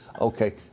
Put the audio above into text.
okay